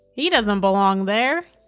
he doesn't belong there.